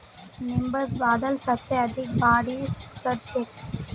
nimbus बादल सबसे अधिक बारिश कर छेक